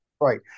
Right